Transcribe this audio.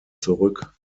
zurück